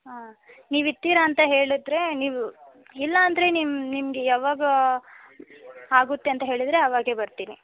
ಹಾಂ ನೀವು ಇರ್ತೀರ ಅಂತ ಹೇಳಿದರೆ ನೀವು ಇಲ್ಲ ಅಂದರೆ ನಿಮ್ಮ ನಿಮಗೆ ಯಾವಾಗ ಆಗುತ್ತೆ ಅಂತ ಹೇಳಿದರೆ ಆವಾಗ ಬರ್ತೀನಿ